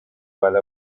while